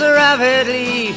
rapidly